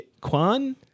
Kwan